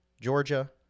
Georgia